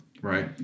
Right